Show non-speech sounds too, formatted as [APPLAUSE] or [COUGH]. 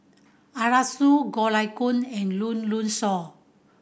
Arasu Goh Lay Kuan and [UNINTELLIGIBLE] Shaw